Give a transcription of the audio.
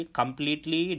completely